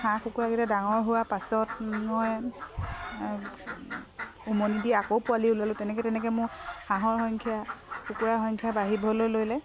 হাঁহ কুকুৰাকেইটা ডাঙৰ হোৱাৰ পাছত মই উমনি দি আকৌ পোৱালি ওলিয়ালোঁ তেনেকৈ তেনেকৈ মোৰ হাঁহৰ সংখ্যা কুকুুৰাৰ সংখ্যা বাঢ়িবলৈ ল'লে